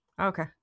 okay